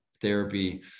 therapy